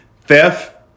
theft